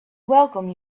welcome